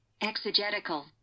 Exegetical